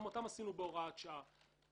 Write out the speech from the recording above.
גם אותם עשינו בהוראת שעה.